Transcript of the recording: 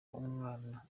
umwana